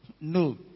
No